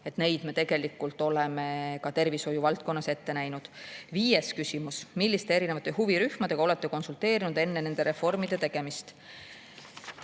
ja mis me tegelikult oleme tervishoiuvaldkonnas ette näinud. Viies küsimus: "Milliste erinevate huvirühmadega olete konsulteerinud enne nende reformide tegemist?"